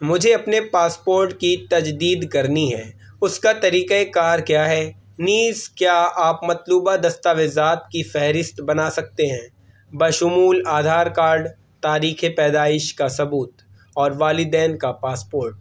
مجھے اپنے پاسپورٹ کی تجدید کرنی ہے اس کا طریقہ کار کیا ہے نیز کیا آپ مطلوبہ دستاویزات کی فہرست بنا سکتے ہیں بشمول آدھار کارڈ تاریخ پیدائش کا ثبوت اور والدین کا پاسپورٹ